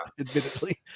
Admittedly